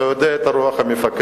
אתה יודע את רוח המפקד.